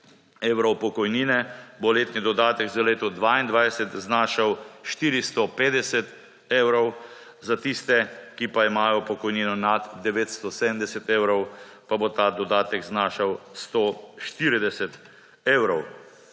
evrov pokojnine, bo letni dodatek za leto 2022 znašal 450 evrov, za tiste, ki imajo pokojnino nad 970 evrov, pa bo ta dodatek znašal 140 evrov.